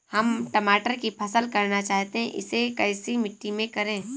हम टमाटर की फसल करना चाहते हैं इसे कैसी मिट्टी में करें?